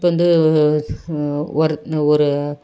இப்போது வந்து ஒர் ஒரு